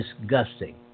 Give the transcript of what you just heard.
disgusting